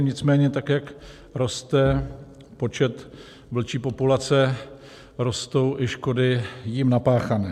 Nicméně tak, jak roste počet vlčí populace, rostou i škody jím napáchané.